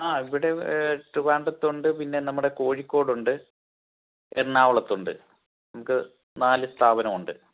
ആ ഇവിടെ ട്രിവാൻഡ്രത്തുണ്ട് പിന്നെ നമ്മുടെ കോഴിക്കോടുണ്ട് എറണാകുളത്തുണ്ട് നമുക്ക് നാല് സ്ഥാപനം ഉണ്ട്